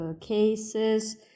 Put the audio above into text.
cases